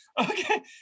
okay